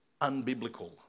unbiblical